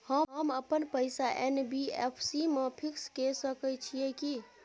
हम अपन पैसा एन.बी.एफ.सी म फिक्स के सके छियै की?